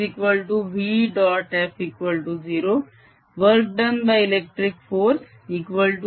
F0 work done by electric fieldE